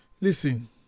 listen